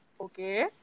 okay